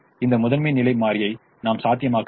இந்த முதன்மை நிலை மாறியை நாம் சாத்தியமாக்க வேண்டும்